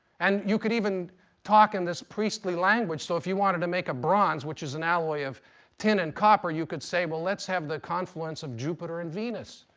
and you could even talk in this priestly language. so if you wanted to make a bronze, which is an alloy of tin and copper, you could say, well let's have the confluence of jupiter and venus.